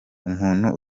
umuntu